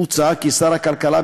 מוצע כי שר הכלכלה,